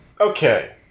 okay